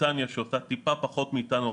בריטניה שעושה טיפה פחות מאיתנו,